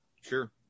Sure